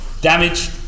Damage